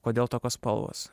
kodėl tokios spalvos